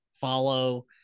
follow